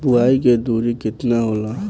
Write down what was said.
बुआई के दूरी केतना होला?